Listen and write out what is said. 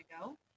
go